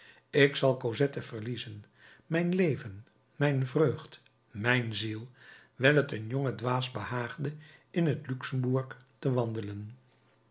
ik zal cosette verliezen mijn leven mijn vreugd mijn ziel wijl het een jongen dwaas behaagde in het luxembourg te wandelen